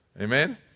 Amen